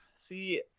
see